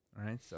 right